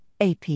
AP